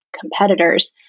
competitors